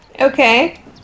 Okay